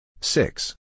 Six